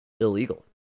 Illegal